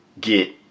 get